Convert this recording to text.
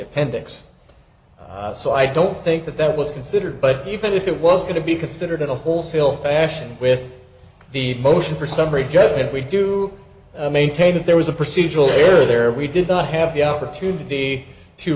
appendix so i don't think that that was considered but even if it was going to be considered a wholesale fashion with the motion for summary judgment we do maintain that there was a procedural here or there we did not have the opportunity to